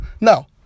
no